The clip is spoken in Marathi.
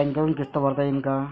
बँकेतून किस्त भरता येईन का?